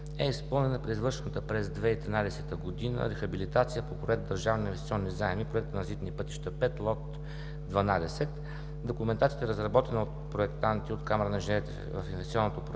е изпълнена при извършената през 2013 г. рехабилитация по проект „Държавни инвестиционни заеми“, проект „Транзитни пътища 5“, лот 12. Документацията е разработена от проектанти от Камарата на инженерите в инвестиционното проектиране.